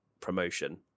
promotion